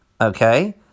Okay